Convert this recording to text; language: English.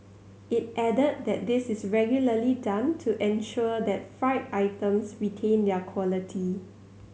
it added that this is regularly done to ensure that fried items retain their quality